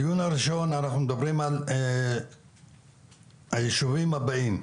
בדיון הראשון אנחנו מדברים על הישובים הבאים,